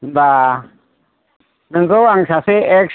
होनबा नोंखौ आं सासे एक्स